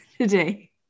today